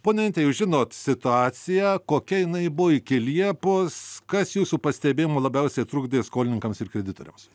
ponia inte jūs žinot situaciją kokia jinai buvo iki liepos kas jūsų pastebėjimu labiausiai trukdė skolininkams ir kreditoriams